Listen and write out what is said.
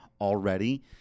already